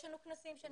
יש לנו כנסים שנערכים.